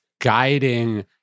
guiding